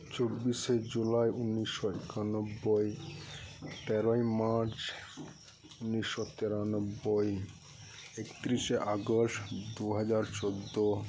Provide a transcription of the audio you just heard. ᱪᱚᱵᱤᱥᱮ ᱡᱩᱞᱟᱭ ᱩᱱᱱᱤᱥᱚ ᱮᱠᱟᱱᱚᱵᱵᱚᱭ ᱛᱮᱨᱚᱭ ᱢᱟᱪ ᱩᱱᱱᱤᱥᱚ ᱛᱮᱨᱟᱱᱚᱵᱵᱚᱭ ᱮᱠᱛᱤᱨᱤᱥᱮ ᱟᱜᱚᱥᱴ ᱫᱩᱦᱟᱡᱟᱨ ᱪᱚᱫᱫᱚ